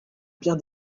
bien